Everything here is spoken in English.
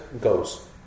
goes